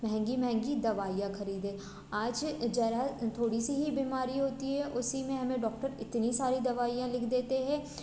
महँगी महँगी दवाइयाँ ख़रीदें आज ज़रा थोड़ी सी ही बीमारी होती है उसी में हमें डॉक्टर इतनी सारी दवाइयाँ लिख देते हैं